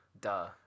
Duh